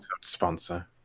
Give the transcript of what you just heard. Sponsor